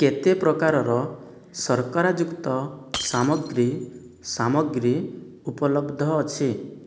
କେତେ ପ୍ରକାରର ସର୍କରାଯୁକ୍ତ ସାମଗ୍ରୀ ସାମଗ୍ରୀ ଉପଲବ୍ଧ ଅଛି